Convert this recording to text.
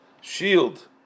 shield